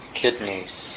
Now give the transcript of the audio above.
kidneys